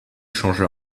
changea